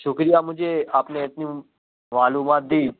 شکریہ مجھے آپ نے اتنی معلومات دی